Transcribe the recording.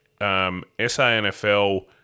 SANFL